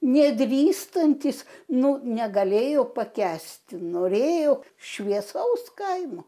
nedrįstantys nu negalėjo pakęsti norėjo šviesaus kaimo